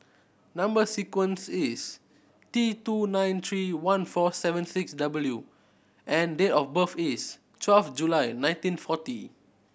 number sequence is T two nine three one four seven six W and date of birth is twelve July nineteen forty